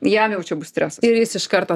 jam jau čia bus stresas ir jis iš karto